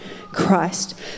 Christ